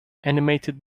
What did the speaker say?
animated